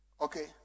okay